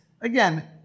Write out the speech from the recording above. Again